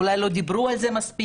אולי לא דיברו על זה מספיק,